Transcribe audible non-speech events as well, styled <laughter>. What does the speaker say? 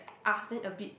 <noise> ask then a bit